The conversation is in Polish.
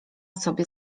sobie